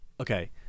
okay